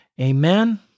Amen